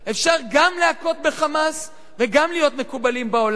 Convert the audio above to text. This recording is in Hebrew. אפשר גם להכות ב"חמאס" וגם להיות מקובלים בעולם.